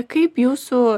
kaip jūsų